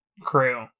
crew